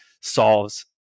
solves